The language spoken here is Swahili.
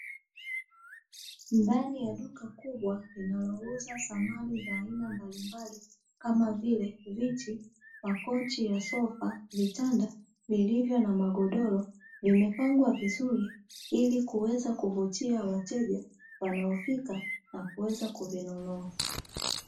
Ndani ya duka kubwa linalouza samani za aina mbalimbali kama vile: viti, makochi ya sofa, vitanda vilivyo na magodoro; vimepangwa vizuri ili kuweza kuwavutia wateja wanaofika na kuweza kuvinunua.